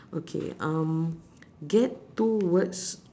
okay um get two words